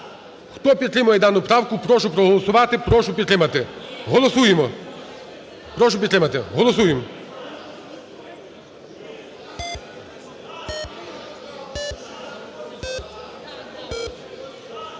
Хто підтримує дану правку, прошу проголосувати. Голосуємо, прошу підтримати, голосуємо.